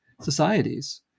societies